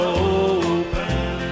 open